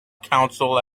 counsel